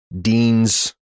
deans